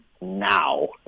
now